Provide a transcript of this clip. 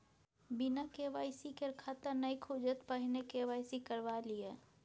बिना के.वाई.सी केर खाता नहि खुजत, पहिने के.वाई.सी करवा लिअ